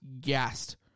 gassed